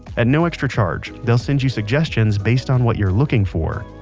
at no extra charge they'll send you suggestions based on what you're looking for.